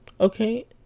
Okay